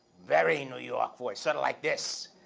very new york voice, sort of like this.